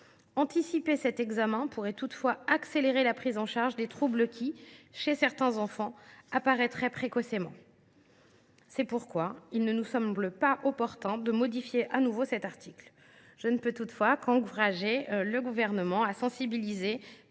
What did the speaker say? Anticiper cet examen pourrait toutefois accélérer la prise en charge des troubles qui, chez certains enfants, apparaîtraient précocement. C’est pourquoi il ne nous semble pas opportun de modifier de nouveau cet article. Je ne puis toutefois qu’encourager le Gouvernement à sensibiliser